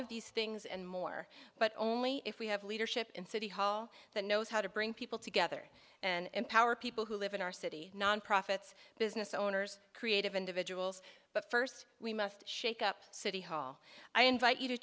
of these things and more but only if we have leadership in city hall that knows how to bring people together and empower people who live in our city nonprofits business owners creative individuals but first we must shake up city hall i invite you to